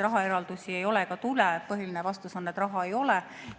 rahaeraldisi ei ole ega ka tule. Põhiline vastus on, et raha ei ole